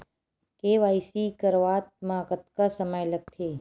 KYC करवात म कतका समय लगथे?